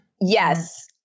Yes